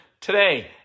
today